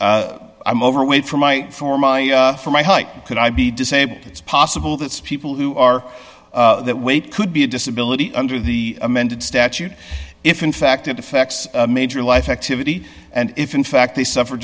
am overweight for my form for my height could i be disabled it's possible that people who are that weight could be a disability under the amended statute if in fact it affects major life activity and if in fact they suffer